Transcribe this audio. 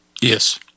Yes